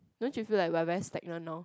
don't you feel like we're very stagnant now